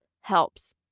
helps